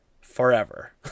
forever